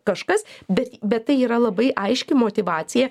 kažkas bet bet tai yra labai aiški motyvacija